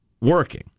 working